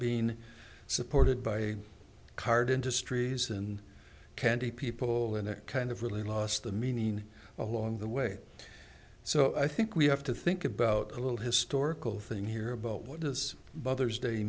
being supported by card industries and candy people and kind of really lost the meaning along the way so i think we have to think about a little historical thing here about what does bothers day